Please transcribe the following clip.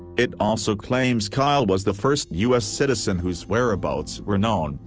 it also claims kyle was the first u s. citizen whose whereabouts were known,